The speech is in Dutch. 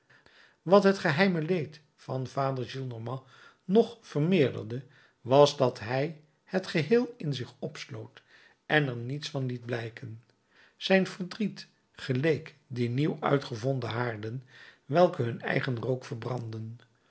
wat het geheime leed van vader gillenormand nog vermeerderde was dat hij het geheel in zich opsloot en er niets van liet blijken zijn verdriet geleek die nieuw uitgevonden haarden welke hun eigen rook verbranden